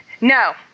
no